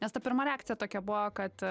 nes ta pirma reakcija tokia buvo kad